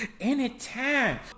Anytime